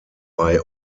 bei